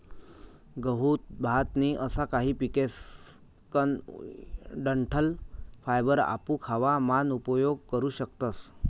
गहू, भात नी असा काही पिकेसकन डंठल फायबर आपू खावा मान उपयोग करू शकतस